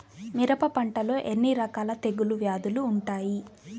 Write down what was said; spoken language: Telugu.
మిరప పంటలో ఎన్ని రకాల తెగులు వ్యాధులు వుంటాయి?